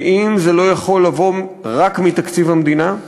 ואם זה לא יכול לבוא רק מתקציב המדינה,